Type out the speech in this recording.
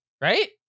right